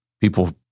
people